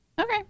Okay